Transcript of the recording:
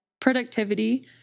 productivity